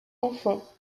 enfants